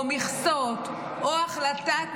או מכסות, או החלטת ממשלה,